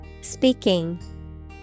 Speaking